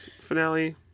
finale